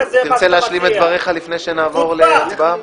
אתה רוצה להשלים את דבריך לפני שנעבור להצבעה?